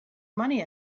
money